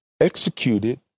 executed